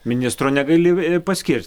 ministro negali paskirti